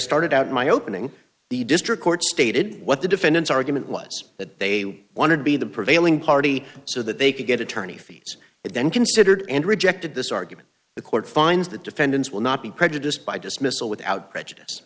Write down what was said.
started out my opening the district court stated what the defendant's argument was that they wanted to be the prevailing party so that they could get attorney fees then considered and rejected this argument the court finds that defendants will not be prejudiced by dismissal without prejudice